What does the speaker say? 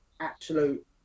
absolute